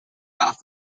off